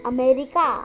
America